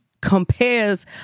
compares